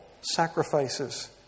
sacrifices